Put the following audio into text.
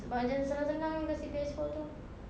sebab macam senang-senang kasih P_S four itu